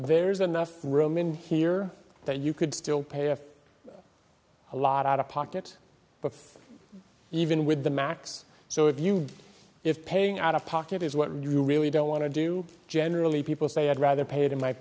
there's enough room in here that you could still pay off a lot out of pocket even with the max so if you if paying out of pocket is what you really don't want to do generally people say i'd rather pay it in my